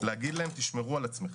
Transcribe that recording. להגיד להם "תשמרו על עצמכם".